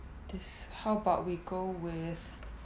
this how about we go with